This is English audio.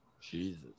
Jesus